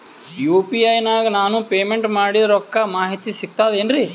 UPI ನಾಗ ನಾನು payment ಮಾಡಿದ ರೊಕ್ಕದ ಮಾಹಿತಿ ಸಿಕ್ತಾತೇನ್ರೀ?